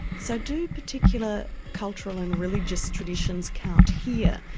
so, do particular cultural and religious traditions count here?